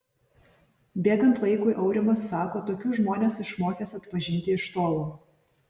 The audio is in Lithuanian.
bėgant laikui aurimas sako tokius žmones išmokęs atpažinti iš tolo